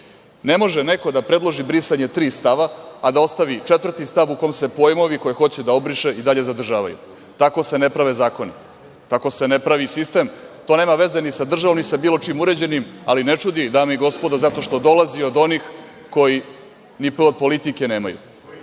Ne može neko da predloži brisanje tri stava, a da ostavi 4. stav u kome se pojmovi koje hoće da obriše i dalje zadržavaju. Tako se ne prave zakoni. Tako se ne pravi sistem. To nema veze ni sa državom ni sa bilo čim uređenim, ali ne čudi, dame i gospodo, zato što dolazi od onih koji ne p od politike nemaju.